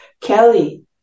Kelly